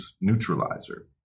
neutralizer